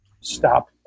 stop